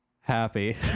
happy